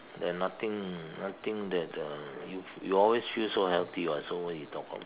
there are nothing nothing that uh you you always still so healthy [what] so what you talk about